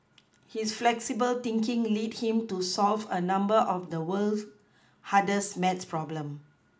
his flexible thinking lead him to solve a number of the world's hardest math problems